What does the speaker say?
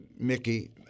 Mickey